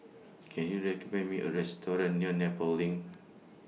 Can YOU recommend Me A Restaurant near Nepal LINK